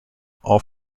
all